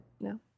No